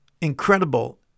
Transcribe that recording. Incredible